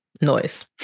noise